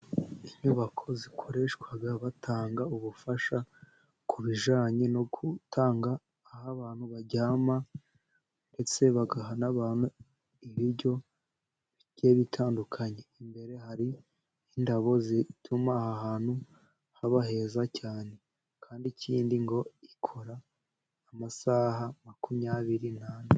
Inyubako zikoreshwa batanga ubufasha ku bijyanye no gutanga aho abantu bayama, ndetse bagaha n'abantu ibiryo bigiye bitandukanye. Imbere hari indabo zituma aha hantu haba heza cyane. Kandi ikindi ngo, ikora amasaha makumyabiri n'ane.